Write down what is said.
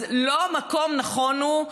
אז לא מקום נכון הוא,